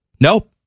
Nope